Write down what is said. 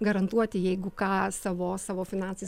garantuoti jeigu ką savo savo finansais